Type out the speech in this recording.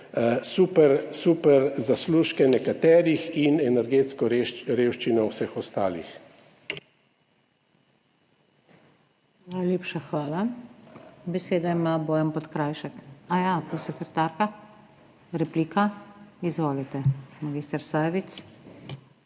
super zaslužke nekaterih in energetsko revščino vseh ostalih.